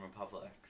Republic